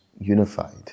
unified